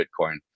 bitcoin